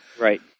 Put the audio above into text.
Right